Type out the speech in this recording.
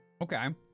Okay